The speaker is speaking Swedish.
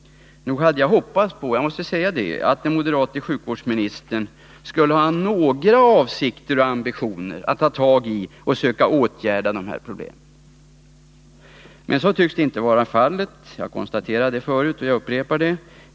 Nog hade jag hoppats på — jag måste säga det — att den moderata sjukvårdsministern skulle ha några avsikter och ambitioner i fråga om att ta tag i och söka åtgärda dessa problem. Men så tycks inte vara fallet — jag konstaterade det förut, och jag upprepar det.